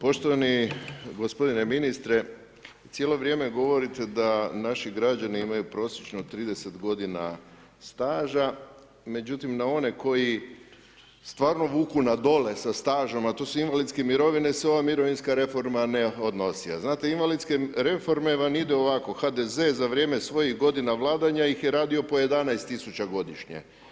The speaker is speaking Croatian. Poštovani gospodine ministre, cijelo vrijeme govorite da naši građani imaju prosječno 30 godina staža, međutim na one koji stvarno vuku na dole sa stažom, a to su invalidske mirovine se ova mirovinska reforma ne odnosi, a znate invalidske reforme vam idu ovako, HDZ za vrijeme svojih godina vladanja ih je radio po 11 000 godišnje.